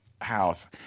House